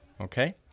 okay